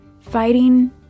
fighting